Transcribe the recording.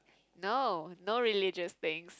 no no religious things